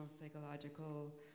psychological